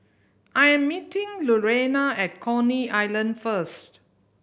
I am meeting Lurena at Coney Island first